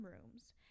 rooms